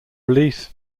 release